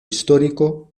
histórico